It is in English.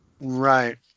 Right